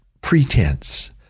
pretense